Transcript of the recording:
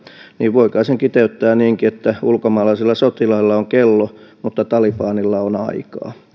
niin voi kai sen kiteyttää niinkin että ulkomaalaisilla sotilailla on kello mutta talibanilla on aikaa